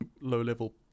low-level